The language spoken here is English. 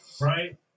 right